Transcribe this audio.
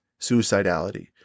suicidality